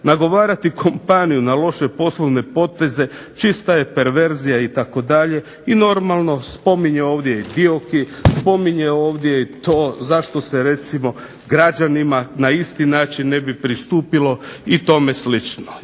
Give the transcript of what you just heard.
Nagovarati kompaniju na loše poslovne poteze čista je perverzija itd." i normalno spominje ovdje i Dioki, spominje ovdje i to zašto se građanima ne bi pristupilo i tome slično.